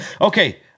okay